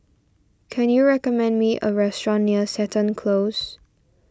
can you recommend me a restaurant near Seton Close